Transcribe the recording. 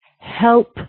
help